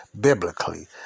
biblically